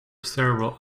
cerebral